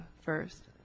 first